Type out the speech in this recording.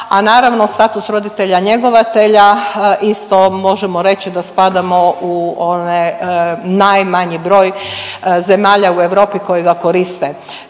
a naravno, status roditelja njegovatelja isto možemo reći da spadamo u one najmanji broj zemalja u Europi koji ga koriste.